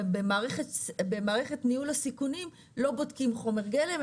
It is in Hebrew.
במערכת ניהול הסיכונים לא בודקים חומר גלם,